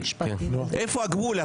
איפה הגבול?